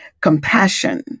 compassion